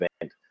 event